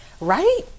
Right